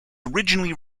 originally